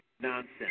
Nonsense